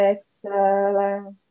Excellent